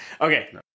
Okay